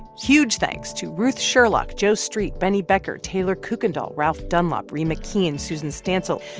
huge thanks to ruth sherlock, joe street, benny becker, taylor kuykendall, ralph dunlop, rean mckeen, susan stansel,